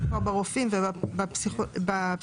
במקום "ועדת העבודה והרווחה" יבוא "ועדת הבריאות".